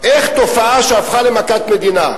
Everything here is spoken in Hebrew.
איך תופעה שהפכה למכת מדינה,